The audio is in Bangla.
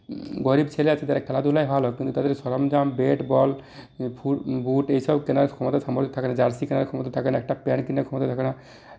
গরিব ছেলে আছে তারা খেলাধুলায় ভালো কিন্তু তাদের সরঞ্জাম ব্যাট বল বুট এইসব কেনার ক্ষমতা সামর্থ্য থাকে না জার্সি কেনার ক্ষমতা থাকে না একটা প্যান্ট কেনার ক্ষমতা থাকে না